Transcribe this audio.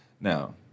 Now